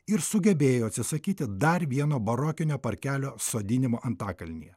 ir sugebėjo atsisakyti dar vieno barokinio parkelio sodinimo antakalnyje